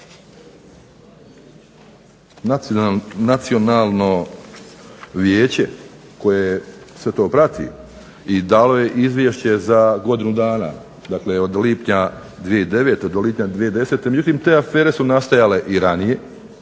Nacionalno vijeće koje sve to prati i dalo je Izvješće za godinu dana, dakle od lipnja 2009. do lipnja 2010. međutim, te afere su nastajale i ranije,